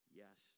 yes